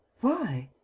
why?